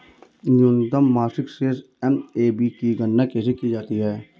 न्यूनतम मासिक शेष एम.ए.बी की गणना कैसे की जाती है?